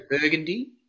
Burgundy